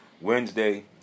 Wednesday